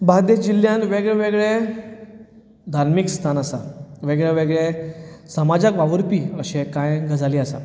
बार्देस जिल्ल्यान वेगळे वेगळे धार्मीक स्थान आसा वेगळे वेगळे समाजाक वावूरपी अशे कांय गजाली आसात